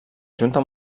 junta